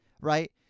right